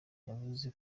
yavuze